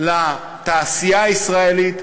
לתעשייה הישראלית,